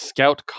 Scout